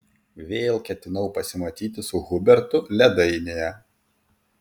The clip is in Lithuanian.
vėl ketinau pasimatyti su hubertu ledainėje